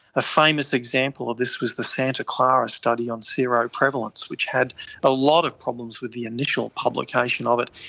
a famous example of this was the santa clara study on seroprevalence which had a lot of problems with the initial publication of it.